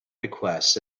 requests